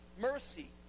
Mercy